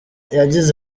yagize